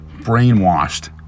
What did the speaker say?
brainwashed